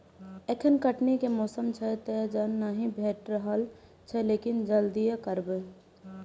एखन कटनी के मौसम छैक, तें जन नहि भेटि रहल छैक, लेकिन जल्दिए करबै